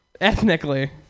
ethnically